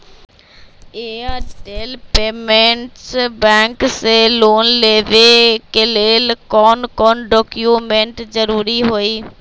Airtel payments bank से loan लेवे के ले कौन कौन डॉक्यूमेंट जरुरी होइ?